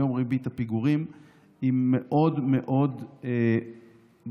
היום ריבית הפיגורים היא מאוד מאוד גבוהה